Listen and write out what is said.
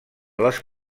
les